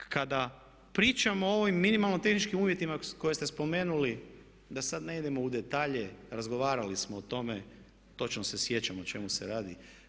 Kada pričamo o ovim minimalnim tehničkim uvjetima koje ste spomenuli da sad ne idemo u detalje razgovarali smo o tome, točno se sjećam o čemu se radi.